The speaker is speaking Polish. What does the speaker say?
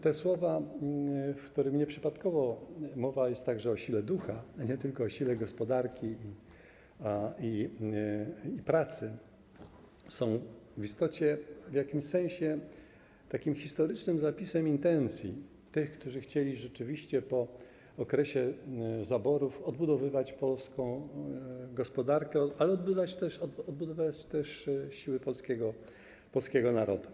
Te słowa, w których nieprzypadkowo mowa jest także o sile ducha, a nie tylko o sile gospodarki i pracy, są w istocie w jakimś sensie takim historycznym zapisem intencji tych, którzy chcieli rzeczywiście po okresie zaborów odbudowywać polską gospodarkę, ale też odbudowywać siły polskiego narodu.